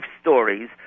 stories